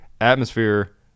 atmosphere